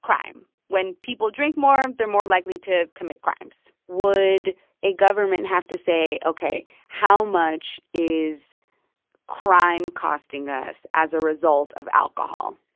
crime when people drink more, they're more likely to commit crimes would a government have to say, ok, how much is crime costing us as a result of alcohol?